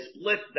split